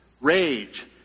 rage